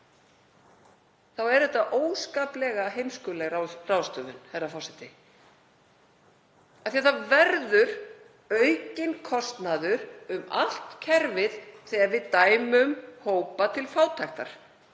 hópa er óskaplega heimskuleg ráðstöfun, herra forseti, af því að það verður aukinn kostnaður um allt kerfið þegar við dæmum hópa til fátæktar,